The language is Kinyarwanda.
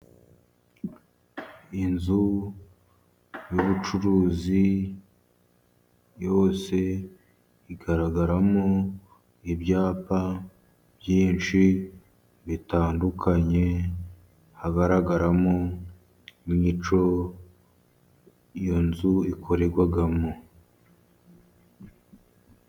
Inzu y'ubucuruzi yose igaragaramo ibyapa byinshi bitandukanye, hagaragaramo imico iyo nzu ikorerwamo.